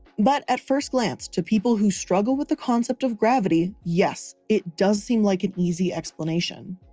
but at first glance to people who struggle with the concept of gravity, yes, it does seem like an easy explanation.